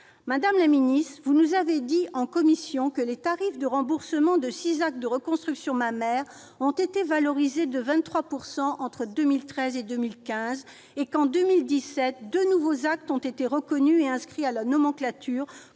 Madame la ministre, vous nous avez dit en commission que les tarifs de remboursement de six actes de reconstruction mammaire ont été revalorisés de 23 % entre 2013 et 2015, et qu'en 2017 deux nouveaux actes ont été reconnus et inscrits à la nomenclature